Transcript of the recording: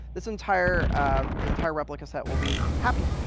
this entire entire replica set will be happy.